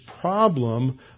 problem